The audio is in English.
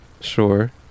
sure